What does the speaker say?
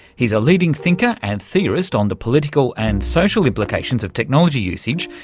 he's a leading thinker and theorist on the political and social implications of technology usage,